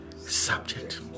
subject